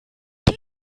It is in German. die